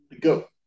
go